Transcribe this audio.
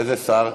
איזה שר?